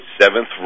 Seventh